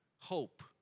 hope